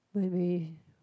when we